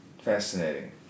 Fascinating